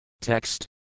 Text